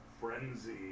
frenzy